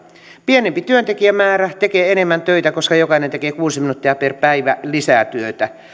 pienempi työntekijämäärä tekee enemmän töitä koska jokainen tekee kuusi minuuttia per päivä lisää työtä